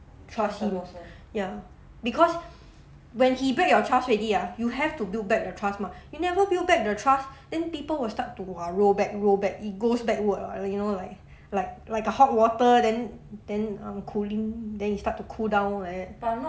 trust the person ya because when he break your trust already ah you have to build back the trust mah you never build back the trust then people will start to !wah! roll back roll back it goes backwards like you know like like like a hot water then then um cooling then you start to cool down like that